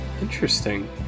interesting